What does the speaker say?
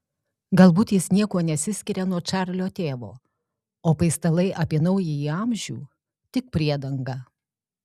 galbūt jis niekuo nesiskiria nuo čarlio tėvo o paistalai apie naująjį amžių tik priedanga